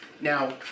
Now